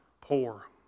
poor